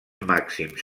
màxims